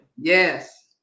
Yes